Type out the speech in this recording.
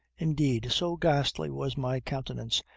indeed, so ghastly was my countenance,